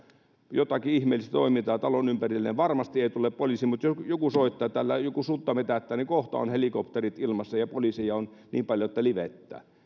jotakin ihmeellistä toimintaa tuossa talon ympärillä niin varmasti ei tule poliisi mutta jos joku soittaa että täällä joku sutta metsästää niin kohta ovat helikopterit ilmassa ja poliiseja on niin paljon että livettää